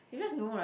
you just know right